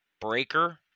Breaker